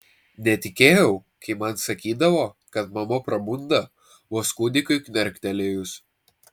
netikėjau kai man sakydavo kad mama prabunda vos kūdikiui knerktelėjus